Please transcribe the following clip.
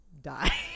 die